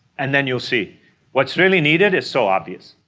and then you'll see what's really needed is so obvious.